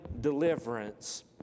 deliverance